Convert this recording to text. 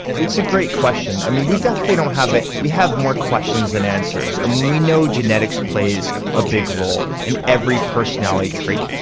it's a great question, i mean we definitely don't have it, we have more questions than answers and we know genetics plays a big role in every personality trait.